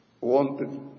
wanted